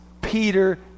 Peter